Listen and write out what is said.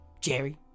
Jerry